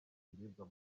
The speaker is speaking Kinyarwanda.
ibiribwa